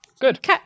Good